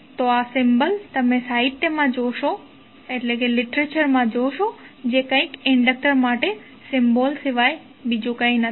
તો આ સિમ્બોલ તમે સાહિત્યમાં જોશો જે કંઇક ઇન્ડક્ટર માટેના સિમ્બોલ સિવાય બીજું કંઈ નથી